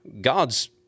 God's